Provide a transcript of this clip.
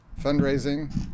fundraising